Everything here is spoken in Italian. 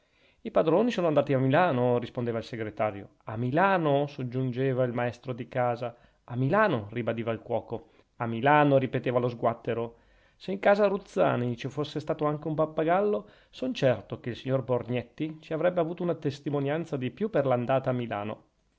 i padroni sono andati a milano rispondeva il segretario a milano soggiungeva il maestro di casa a milano ribadiva il cuoco a milano ripeteva lo sguattero se in casa ruzzani ci fosse stato anche un pappagallo son certo che il signor borgnetti ci avrebbe avuto una testimonianza di più per l'andata a milano